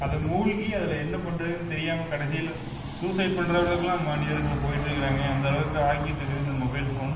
அதில் மூழ்கி அதில் என்ன பண்றதுன்னு தெரியாமல் கடைசியில் சூசைட் பண்ற அளவுக்குலாம் மனிதர்கள் போயிட்டு இருக்கிறாங்க அந்த அளவுக்கு ஆக்கிட்டு இருக்குது இந்த மொபைல் ஃபோன்